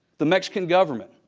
the mexican government.